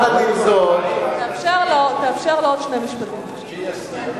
תאפשר לו עוד שני משפטים בבקשה.